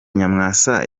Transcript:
nyamwasa